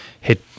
hit